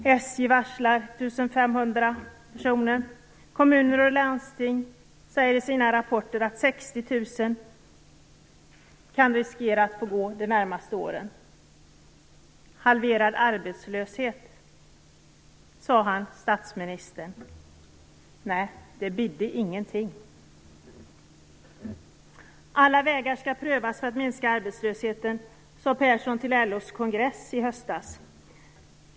SJ varslar 1 500 personer. Kommuner och landsting säger i sina rapporter att 60 000 personer riskerar att få gå under de närmaste åren. Halverad arbetslöshet, sade statsministern. Nej, det bidde ingenting. Alla vägar skall prövas för att minska arbetslösheten, sade Persson till LO:s kongress i höstas.